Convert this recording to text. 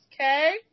okay